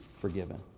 forgiven